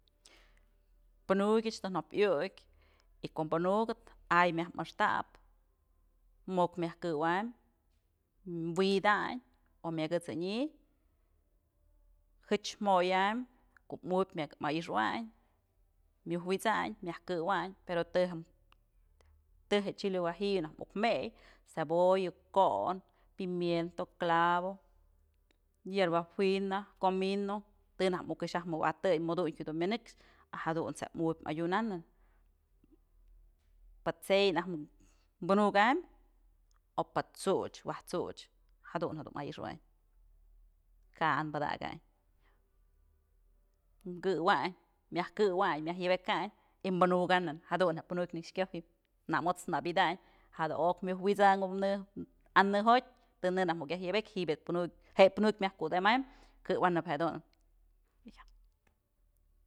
Plukyëch të jo'opyë iukyë y ko'o plukëp a'ay myajpë a'axtäp mo'ok myaj këwaynbyë wi'idayn o myëk jët'sënyë jëch joyaymbyë ko'o mubyë ma'ixawayn myojwi'isayn myaj këwayn pero të, të je'e chile guajillo najk muk meyë cebolla, ko'on, pimiento, clavo, yerba fina, comino, të najk muk këx yaj mëwa'atëy muduntyë dun myënëkxë a jadunt's je'e mubyë madyunanë pë t'sey najk plukambyë o pë t'such waj t'such jadun jedun ma'ixëwayn ka'an padakayn këwayn myaj këwaynmyaj yëbëkayn y plukanën jadun je'e jadun je'e pluk nyëkx kyojën namot's nëbi'idayn jada'ok myoj wi'isankombë në an'në jotyë të në najk muk yëbëkyë ji'ib je'e plukyë je'e plunëkyë myaj kudëmambyë jedunën.